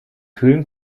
kühlen